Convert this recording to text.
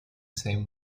same